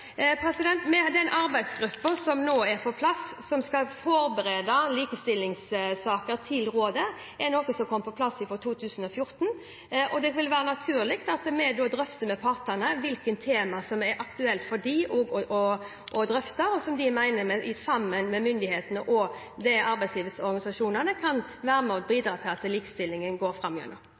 Den arbeidsgruppen som skal forberede likestillingssaker til rådet, kom på plass fra 2014. Det vil være naturlig at vi drøfter med partene hvilke tema som er aktuelt for dem å drøfte, og som de mener i samarbeid med myndighetene og arbeidslivsorganisasjonene kan være med og bidra til at likestillingen går